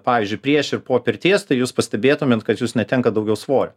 pavyzdžiui prieš ir po pirties tai jūs pastebėtumėt kad jūs netenkat daugiau svorio